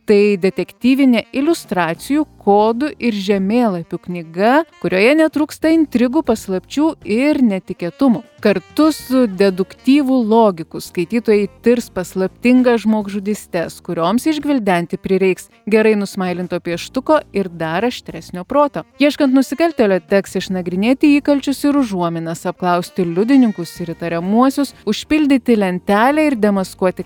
tai detektyvinė iliustracijų kodų ir žemėlapių knyga kurioje netrūksta intrigų paslapčių ir netikėtumų kartu su deduktyvu logiku skaitytojai tirs paslaptingas žmogžudystes kurioms išgvildenti prireiks gerai nusmailinto pieštuko ir dar aštresnio proto ieškant nusikaltėlio teks išnagrinėti įkalčius ir užuominas apklausti liudininkus ir įtariamuosius užpildyti lentelę ir demaskuoti